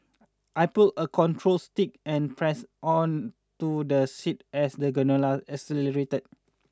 I pulled a control stick and pressed onto the seat as the gondola accelerated